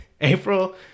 April